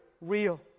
real